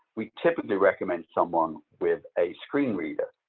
we typically recommend someone with a screen reader.